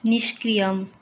निष्क्रियम्